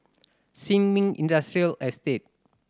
Sin Ming Industrial Estate